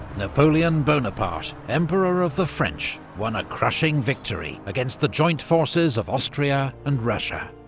napoleon bonaparte, emperor of the french, won a crushing victory against the joint forces of austria and russia.